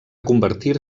convertir